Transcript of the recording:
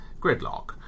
gridlock